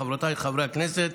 חברותיי וחבריי חברי הכנסת,